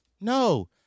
No